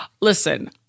Listen